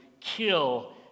kill